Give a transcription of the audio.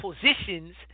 positions